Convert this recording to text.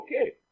okay